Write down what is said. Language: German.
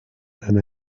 einer